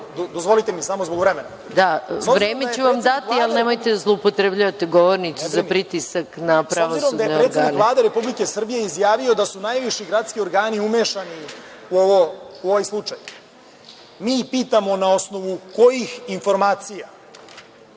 Dozvolite mi samo, zbog vremena. **Maja Gojković** Vreme ću vam dati, ali nemojte da zloupotrebljavate govornicu za pritisak na pravosudne organe. **Balša Božović** S obzirom da je predsednik Vlade Republike Srbije izjavio da su najviši gradski organi umešani u ovaj slučaj, mi pitamo na osnovu kojih informacija